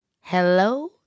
hello